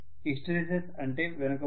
hysteresis అంటే వెనుకబడడం